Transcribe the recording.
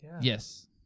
Yes